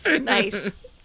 Nice